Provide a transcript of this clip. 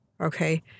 okay